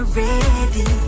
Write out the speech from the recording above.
ready